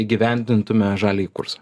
įgyvendintume žaliąjį kursą